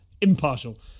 impartial